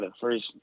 first